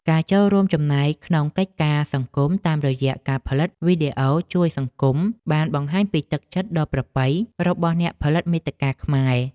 ការចូលរួមចំណែកក្នុងកិច្ចការសង្គមតាមរយៈការផលិតវីដេអូជួយសង្គម បានបង្ហាញពីទឹកចិត្តដ៏ប្រពៃរបស់អ្នកផលិតមាតិកាខ្មែរ។